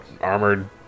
armored